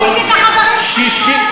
ראיתי את החברים שלך ממועצת יש"ע,